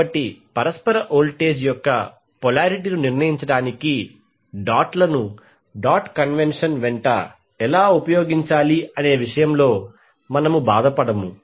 కాబట్టి పరస్పర వోల్టేజ్ యొక్క పొలారిటీ ను నిర్ణయించడానికి డాట్ లను డాట్ కన్వెన్షన్ వెంట ఎలా ఉపయోగించాలనే విషయంలో మనము బాధపడము